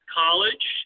college